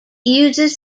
uses